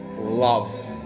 love